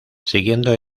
siguiendo